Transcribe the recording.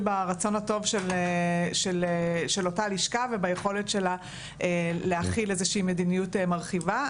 ברצון הטוב של אותה לשכה וביכולת שלה להחיל איזושהי מדיניות מרחיבה.